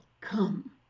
come